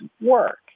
work